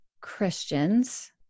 Christians